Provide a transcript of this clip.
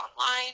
online